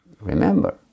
Remember